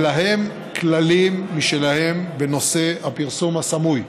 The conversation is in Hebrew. ולהם יש כללים משלהם בנושא הפרסום הסמוי.